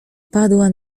padła